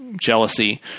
jealousy